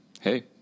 hey